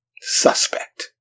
Suspect